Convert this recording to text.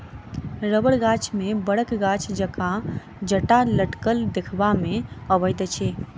रबड़ गाछ मे बड़क गाछ जकाँ जटा लटकल देखबा मे अबैत अछि